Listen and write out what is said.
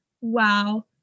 wow